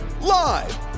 live